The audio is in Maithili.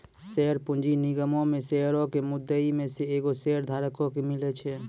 शेयर पूंजी निगमो मे शेयरो के मुद्दइ मे से एगो शेयरधारको के मिले छै